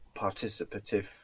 participative